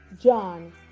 John